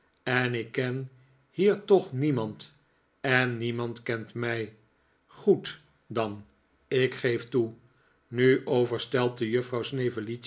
en ik ken hier toch niemand en niemand kent mij goed dan ik geef toe nu overstelpte juffrouw